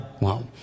Wow